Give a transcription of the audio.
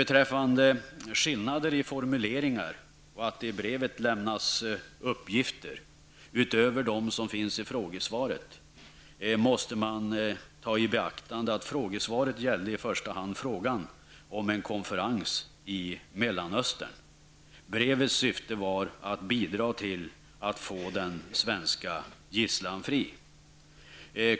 Beträffande skillnader i formuleringar och att det i brevet lämnas uppgifter utöver dem som finns med i svaret, måste man ta i beaktande att frågesvaret i första hand gäller frågan om en konferens i Mellanöstern. Brevets syfte var att bidra till att få den svenska gisslan fri.